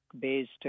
based